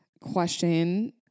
question